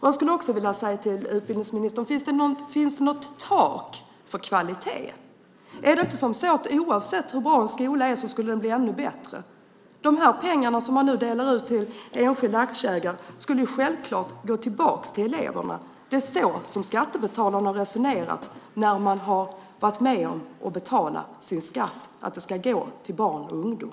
Jag skulle också vilja fråga utbildningsministern: Finns det något tak för kvalitet? Är det inte som så att oavsett hur bra en skola är skulle den kunna bli ännu bättre? De pengar som man delar ut till enskilda aktieägare borde självklart gå tillbaka till eleverna. Det är så skattebetalarna har resonerat när man varit med och betalat sin skatt. Det ska gå till barn och ungdom.